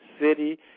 City